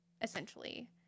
essentially